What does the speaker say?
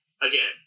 again